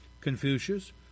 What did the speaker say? Confucius